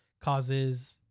causes